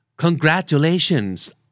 Congratulations